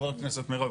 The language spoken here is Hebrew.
חברת כנסת מירב,